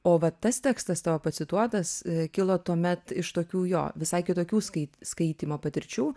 o vat tas tekstas tavo pacituotas kilo tuomet iš tokių jo visai kitokių skai skaitymo patirčių